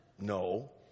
No